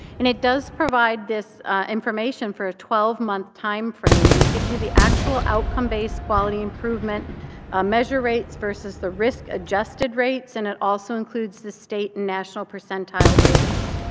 and it does provide this information for a twelve month time frame. and it gives you the actual outcome-based quality improvement ah measure rates versus the risk-adjusted rates. and it also includes the state and national percentile ratings.